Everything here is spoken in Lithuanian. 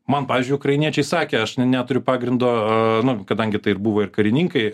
man pavyzdžiui ukrainiečiai sakė aš neturiu pagrindonu kadangi tai buvo ir karininkai